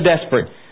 desperate